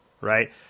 Right